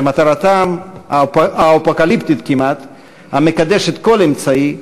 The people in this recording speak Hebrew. שמטרתם אפוקליפטית כמעט, מקדשת כל אמצעי,